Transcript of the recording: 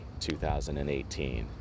2018